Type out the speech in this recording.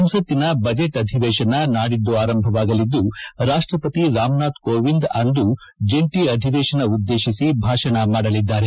ಸಂಸತ್ತಿನ ಬಜೆಟ್ ಅಧಿವೇಶನ ನಾಡಿದ್ಗು ಶುಕ್ರವಾರ ಆರಂಭವಾಗಲಿದ್ದು ರಾಷ್ಟಪತಿ ರಾಮನಾಥ್ ಕೋವಿಂದ್ ಅಂದು ಜಂಟಿ ಅಧಿವೇಶನ ಉದ್ದೇಶಿಸಿ ಭಾಷಣ ಮಾದಲಿದ್ದಾರೆ